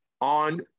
on